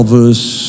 verse